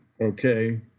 okay